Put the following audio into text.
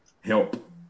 help